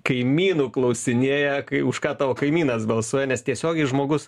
kaimynų klausinėja kai už ką tavo kaimynas balsuoja nes tiesiogiai žmogus